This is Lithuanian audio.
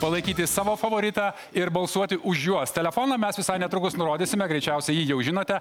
palaikyti savo favoritą ir balsuoti už juos telefoną mes visai netrukus nurodysime greičiausiai jį jau žinote